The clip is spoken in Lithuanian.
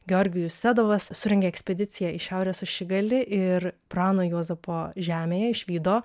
georgijus sedovas surengė ekspediciją į šiaurės ašigalį ir prano juozapo žemėje išvydo